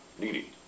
needy